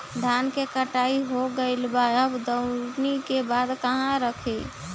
धान के कटाई हो गइल बा अब दवनि के बाद कहवा रखी?